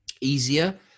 easier